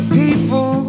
people